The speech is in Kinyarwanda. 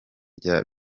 rya